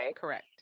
correct